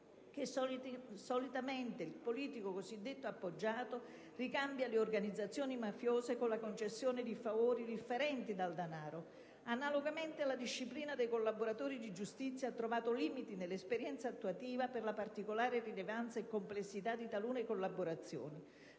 che solitamente il politico cosiddetto appoggiato ricambia le organizzazioni mafiose con la concessione di favori differenti dal denaro. Analogamente, la disciplina dei collaboratori di giustizia ha trovato limiti nell'esperienza attuativa per la particolare rilevanza e complessità di talune collaborazioni,